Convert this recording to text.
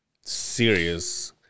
serious